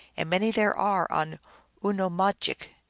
and many there are on oonamahgik,